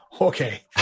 okay